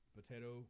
potato